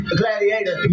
gladiator